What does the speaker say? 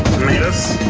tomatoes,